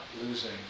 losing